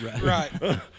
Right